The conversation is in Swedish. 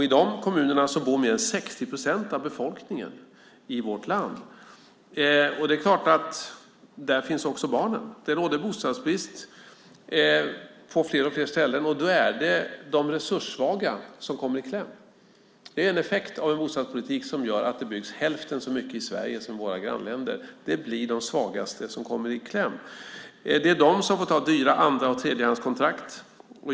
I de kommunerna bor mer än 60 procent av befolkningen i vårt land. Det är klart att där finns också barnen. Det råder bostadsbrist på fler och fler ställen. Då är det de resurssvaga som kommer i kläm. Det är en effekt av en bostadspolitik som gör att det byggs hälften så mycket i Sverige som i våra grannländer. Det blir de svagaste som kommer i kläm. Det är de som får ta dyra andra och tredjehandskontrakt.